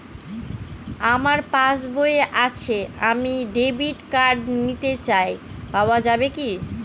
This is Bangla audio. আমার পাসবই আছে আমি ডেবিট কার্ড নিতে চাই পাওয়া যাবে কি?